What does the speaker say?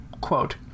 quote